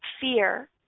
fear